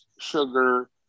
sugar